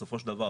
בסופו של דבר,